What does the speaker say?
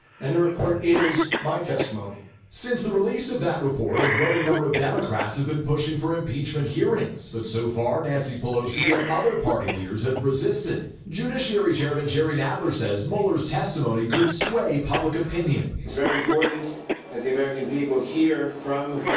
and the report is my testimony. reporter since the release of that report, a growing number of democrats have been pushing for impeachment hearings, but so far nancy pelosi and other party leaders have resisted. judiciary chairman jerry nadler says mueller's testimony could sway public opinion. it's very important that the american people hear from